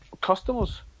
customers